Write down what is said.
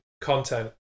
content